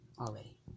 already